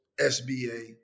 SBA